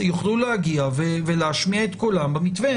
יוכלו להגיע ולהשמיע את קולם במתווה.